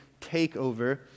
takeover